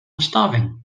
starving